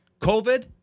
COVID